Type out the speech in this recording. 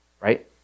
Right